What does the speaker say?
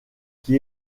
qui